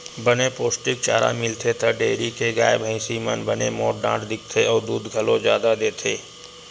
बने पोस्टिक चारा मिलथे त डेयरी के गाय, भइसी मन बने मोठ डांठ दिखथे अउ दूद घलो जादा देथे